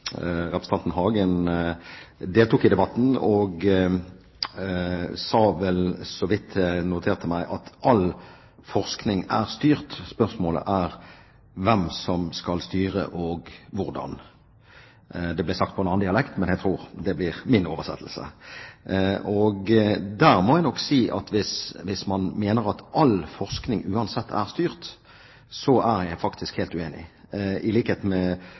representanten Hagen, deltok i debatten og sa så vidt jeg noterte meg, at all forskning er styrt, spørsmålet er hvem som skal styre den og hvordan. Det ble sagt på en annen dialekt, men jeg tror det blir min oversettelse. Der må jeg nok si at hvis man mener at all forskning uansett er styrt, er jeg faktisk helt uenig. I likhet med